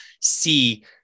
see